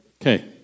okay